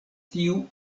tiu